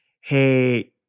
hey